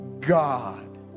God